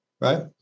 right